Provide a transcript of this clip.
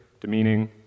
demeaning